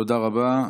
תודה רבה.